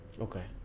Okay